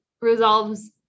resolves